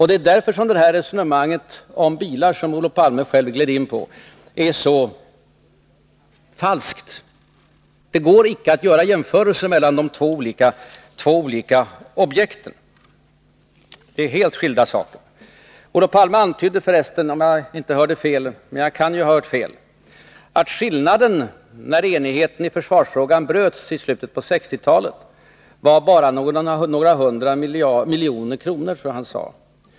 Det är därför det resonemang om bilar som Olof Palme själv gled in på är så falskt. Det går inte att göra jämförelser mellan de två olika objekten — det är helt skilda saker. Olof Palme antydde förresten — om jag inte hörde fel, men jag kan ju ha gjort det — att när enigheten i försvarsfrågan bröts i slutet på 1960-talet, var skillnaden bara några hundra miljoner.